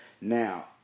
Now